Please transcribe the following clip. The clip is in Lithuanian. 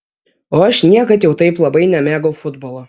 o aš niekad jau taip labai nemėgau futbolo